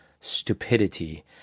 stupidity